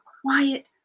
quiet